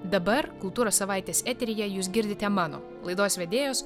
dabar kultūros savaitės eteryje jūs girdite mano laidos vedėjos